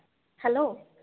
hello